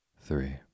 Three